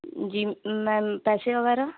جی ma'am پیسے وغیرہ